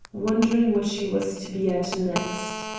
wondering what she was to be at next.